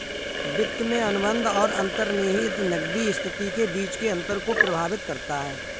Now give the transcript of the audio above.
वित्त में अनुबंध और अंतर्निहित नकदी स्थिति के बीच के अंतर को प्रभावित करता है